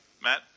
Matt